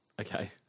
Okay